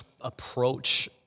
approach